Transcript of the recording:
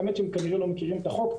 האמת שהם כנראה לא מכירים את החוק,